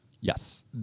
Yes